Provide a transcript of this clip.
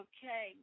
Okay